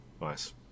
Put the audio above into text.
nice